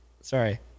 Sorry